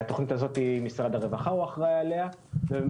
על התוכנית הזאת משרד הרווחה אחראי ובמסגרת